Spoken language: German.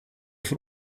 von